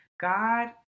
God